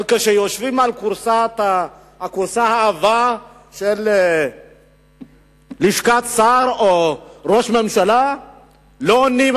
אבל כשיושבים על הכורסה העבה של לשכת שר או ראש ממשלה לא עונים.